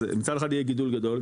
אז מצד אחד יהיה גידול גדול,